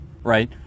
right